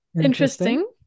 interesting